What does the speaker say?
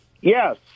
Yes